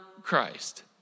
Christ